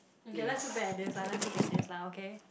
okay let's look back at this lah let's look at this lah okay